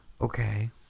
Okay